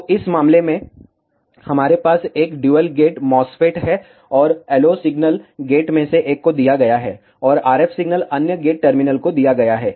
तो इस मामले में हमारे पास एक ड्यूल गेट MOSFET है और LO सिग्नल गेट में से एक को दिया गया है और RF सिग्नल अन्य गेट टर्मिनल को दिया गया है